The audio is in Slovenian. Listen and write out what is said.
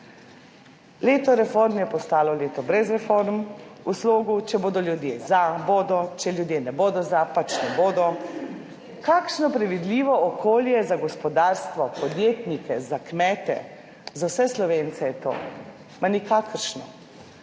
Leto reforme je postalo leto brez reform, v slogu, če bodo ljudje za, bodo, če ljudje ne bodo za, pač ne bodo. Kakšno predvidljivo okolje za gospodarstvo, podjetnike, za kmete, za vse Slovence je to? Pa nikakršno.